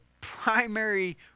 primary